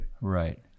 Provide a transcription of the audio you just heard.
Right